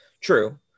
True